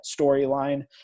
storyline